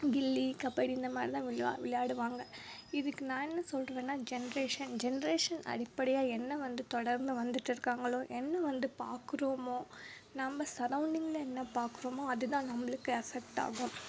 கில்லி கபடி இந்த மாதிரிதான் விளையா விளையாடுவாங்க இதுக்கு நான் என்ன சொல்கிறேன்னா ஜென்ரேஷன் ஜென்ரேஷன் அடிப்படையாக என்ன வந்து தொடர்ந்து வந்துட்டு இருக்காங்களோ என்ன வந்து பார்க்குறோமோ நம்ம சரவுண்டிங்கில் என்ன பார்க்குறோமோ அதுதான் நம்மளுக்கு அஃபக்ட்டாகும்